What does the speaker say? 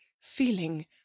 feeling